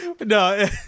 no